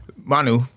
Manu